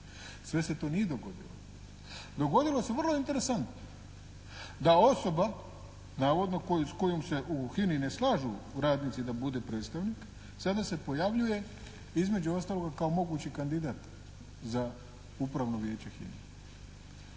Sve se to nije odgodilo. Dogodilo se vrlo interesantno, da osoba navodno s kojom se u HINA-i ne slažu radnici da bude predstavnik, sada se pojavljuje između ostaloga kao mogući kandidat za Upravno vijeće